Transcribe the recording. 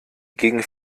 gegen